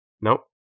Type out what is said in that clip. Nope